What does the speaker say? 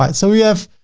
um so we have